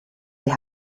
sie